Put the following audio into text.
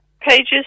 pages